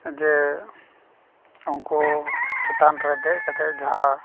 ᱡᱮ ᱩᱱᱠᱩ ᱪᱮᱛᱟᱱ ᱨᱮ ᱫᱮᱡ ᱠᱟᱛᱮ ᱡᱟᱦᱟᱸ